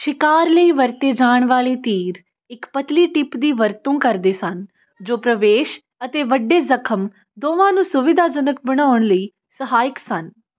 ਸ਼ਿਕਾਰ ਲਈ ਵਰਤੇ ਜਾਣ ਵਾਲੇ ਤੀਰ ਇੱਕ ਪਤਲੀ ਟਿਪ ਦੀ ਵਰਤੋਂ ਕਰਦੇ ਸਨ ਜੋ ਪ੍ਰਵੇਸ਼ ਅਤੇ ਵੱਡੇ ਜ਼ਖ਼ਮ ਦੋਵਾਂ ਨੂੰ ਸੁਵਿਧਾਜਨਕ ਬਣਾਉਣ ਲਈ ਸਹਾਇਕ ਸਨ